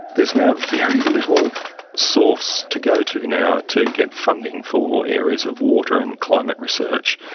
there is now very little source to go to now to get funding for areas of water and climate research.